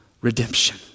redemption